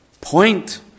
point